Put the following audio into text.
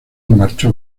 marchó